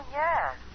yes